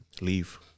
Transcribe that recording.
leave